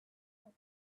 all